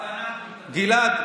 גלעד,